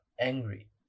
angry